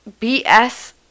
BS